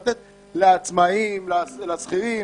לתת לעצמאים ולשכירים?